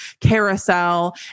carousel